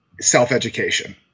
self-education